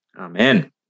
Amen